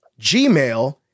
Gmail